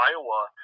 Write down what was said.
Iowa